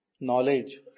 knowledge